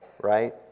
right